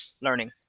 learning